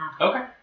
Okay